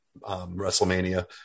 WrestleMania